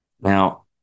Now